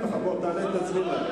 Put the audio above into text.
אני אתן לך, בוא, תעלה ותסביר להם.